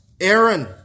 Aaron